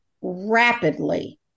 rapidly